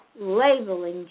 labeling